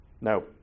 No